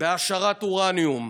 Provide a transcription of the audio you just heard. בהעשרת אורניום.